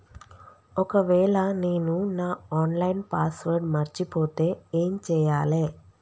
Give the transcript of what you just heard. ఒకవేళ నేను నా ఆన్ లైన్ పాస్వర్డ్ మర్చిపోతే ఏం చేయాలే?